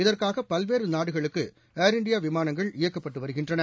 இதற்காக பல்வேறு நாடுகளுக்கு ஏர் இந்தியா விமானங்கள் இயக்கப்பட்டு வருகின்றன